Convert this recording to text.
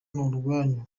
urwanyu